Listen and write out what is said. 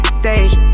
stage